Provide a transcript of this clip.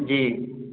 जी